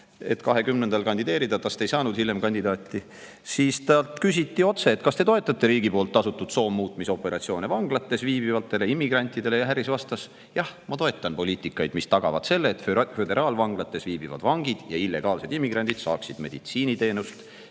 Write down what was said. aastal kandideerida – temast ei saanud hiljem kandidaati –, küsiti temalt otse, kas ta toetab riigi tasutud soomuutmisoperatsiooni vanglates viibivatele immigrantidele. Harris vastas, et ta toetab poliitikat, mis tagab selle, et föderaalvanglates viibivad vangid ja illegaalsed immigrandid saaksid meditsiiniteenust,